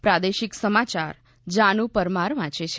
પ્રાદેશિક સમાચાર જાનુ પરમાર વાંચે છે